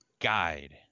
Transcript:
guide